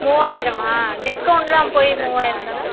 மூவாயிரமா டிஸ்கவுண்ட்லாம் போய் மூவாயிரம்தானே